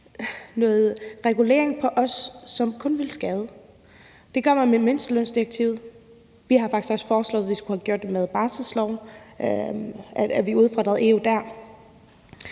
noget regulering på os, som kun vil skade. Det gør man med mindstelønsdirektivet. Vi har faktisk også foreslået, at vi skulle have gjort det med barselsloven, altså at vi udfordrede EU der.